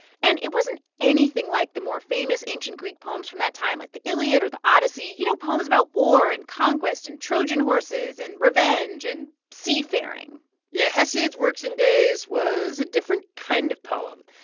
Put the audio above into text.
and it wasn't anything like the more famous ancient greek poems from that time like the iliad or the odyssey you know, poems about war and conquest and trojan horses and revenge and seafaring yeah. hesiod's works and days was a different kind of poem.